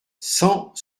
cent